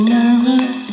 nervous